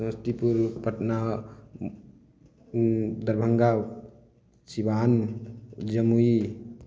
Samastipur Patna Darbhanga Siwan Jamui